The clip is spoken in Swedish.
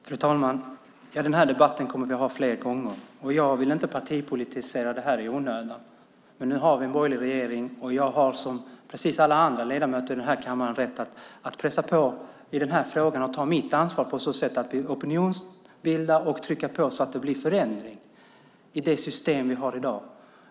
Fru talman! Den här debatten kommer vi att ha flera gånger, och jag vill inte partipolitisera det här i onödan. Men nu har vi en borgerlig regering och jag har precis som alla andra ledamöter i den här kammaren rätt att pressa på i den här frågan och ta mitt ansvar på så sätt att jag bildar opinion och trycker på så att det blir förändring i det system vi har i dag.